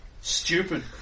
stupid